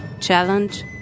challenge